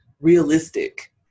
realistic